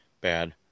bad